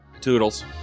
Toodles